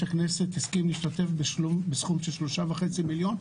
הכנסת הסכים להשתתף בסכום של 3.5 מיליון,